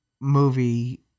Movie